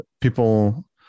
people